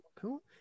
cool